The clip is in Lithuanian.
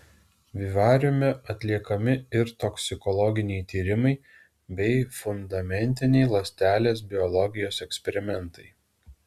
vivariume atliekami ir toksikologiniai tyrimai bei fundamentiniai ląstelės biologijos eksperimentai